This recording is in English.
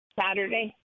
Saturday